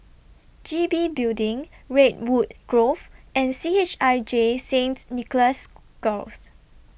G B Building Redwood Grove and C H I J Saints Nicholas Girls